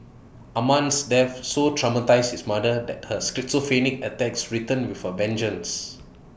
Amman's death so traumatised his mother that her schizophrenic attacks returned with A vengeance